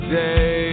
day